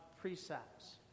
precepts